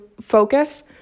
focus